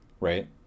right